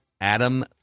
Adam